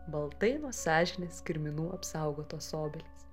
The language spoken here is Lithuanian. baltai nuo sąžinės kirminų apsaugotos obelys